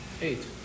Eight